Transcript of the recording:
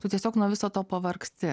tu tiesiog nuo viso to pavargsti